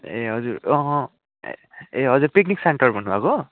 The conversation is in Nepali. ए हजुर ए हजुर पिकनिक सेन्टर भन्नुभएको